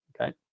Okay